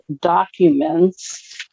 documents